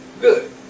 good